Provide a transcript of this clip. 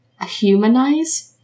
humanize